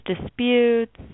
disputes